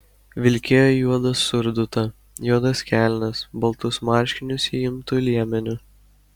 vilkėjo juodą surdutą juodas kelnes baltus marškinius įimtu liemeniu